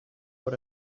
hor